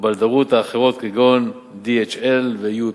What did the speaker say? הבלדרות האחרות, כגון DHL ו-UPS,